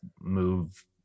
move